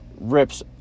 rips